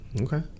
Okay